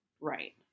Right